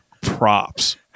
Props